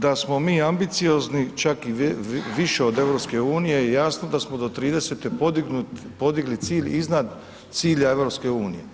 Da smo mi ambiciozni čak i više od EU je jasno da smo do '30. podigli cilj iznad cilja EU.